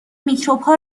میکروبها